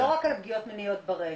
זה לא רק על פגיעות מיניות ברשת,